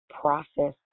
process